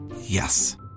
Yes